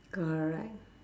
correct